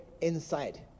inside